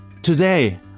Today